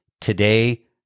Today